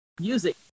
Music